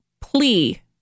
plea